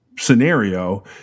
Scenario